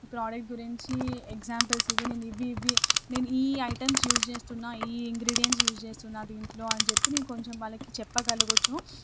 ఈ ప్రాడక్ట్ గురించి ఎగ్జాంపుల్స్ ఇవి నేను ఇవి ఇవి నేను ఈ ఐటమ్స్ యూస్ చేస్తున్నా ఈ ఇంగ్రీడియంట్స్ యూస్ చేస్తున్నా దీంట్లో అని చెప్పి నేను కొంచెం వాళ్ళకి చెప్పగలగవచ్చు